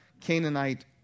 Canaanite